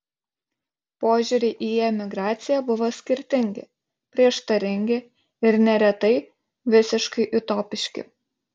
požiūriai į emigraciją buvo skirtingi prieštaringi ir neretai visiškai utopiški